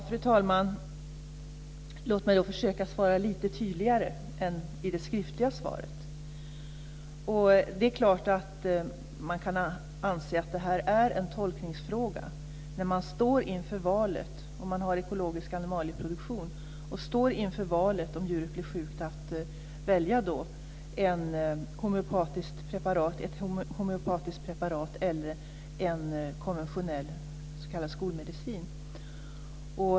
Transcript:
Fru talman! Låt mig då försöka svara lite tydligare än i det skriftliga svaret. Det är klart att man kan anse att det är en tolkningsfråga när man, om man har ekologisk animalieproduktion och ett djur blir sjukt, står inför att välja ett homeopatiskt preparat eller konventionell s.k. skolmedicin.